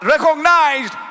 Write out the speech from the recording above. Recognized